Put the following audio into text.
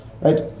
right